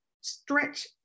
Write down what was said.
stretch